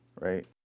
right